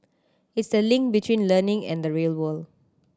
it's the link between learning and the real world